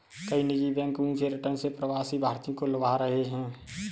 कई निजी बैंक ऊंचे रिटर्न से प्रवासी भारतीयों को लुभा रहे हैं